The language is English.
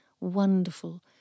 wonderful